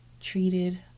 treated